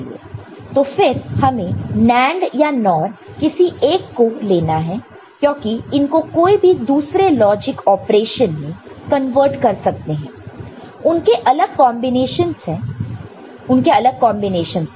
तो फिर हमें NAND या NOR किसी एक को लेना है क्योंकि इनको कोई भी दूसरे लॉजिक ऑपरेशन में कन्वर्ट कर सकते हैं उनके अलग कंबीनेशन से